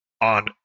on